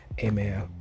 amen